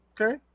Okay